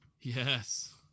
yes